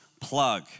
plug